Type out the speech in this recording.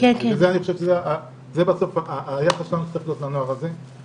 שזה מה שאני חושב שהיחס שלנו לנוער הזה צריך